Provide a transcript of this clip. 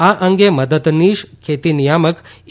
આ અંગે મદદનીશ ખેતી નિયામક એ